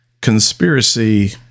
conspiracy